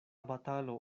batalo